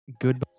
Goodbye